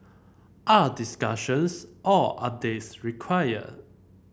are discussions or updates required